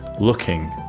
looking